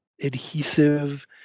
adhesive